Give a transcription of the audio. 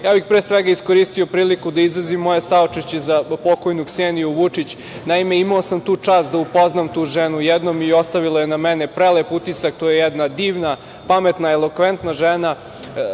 ja bih iskoristio priliku da izrazim moje saučešće za pokojnu Kseniju Vučić. Naime, imao sam tu čast da upoznam tu ženu i ostavila je na mene prelep utisak. To je jedna divna, pametna, elokventna žena